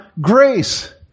grace